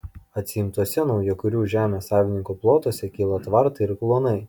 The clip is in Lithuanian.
atsiimtuose naujakurių žemės savininkų plotuose kyla tvartai ir kluonai